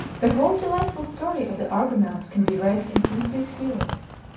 the whole delightful story of the argonauts can be read in kingsley's heroes.